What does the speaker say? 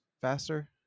faster